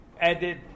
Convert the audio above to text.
added